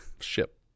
ship